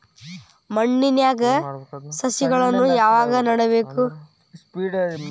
ಮಣ್ಣಿನ್ಯಾಗ್ ಸಸಿಗಳನ್ನ ಯಾವಾಗ ನೆಡಬೇಕು?